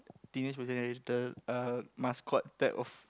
Teenage-Mutant-Ninja-Turtle uh mascot type of